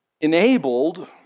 enabled